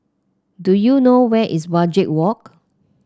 do you know where is Wajek Walk